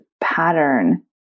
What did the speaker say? pattern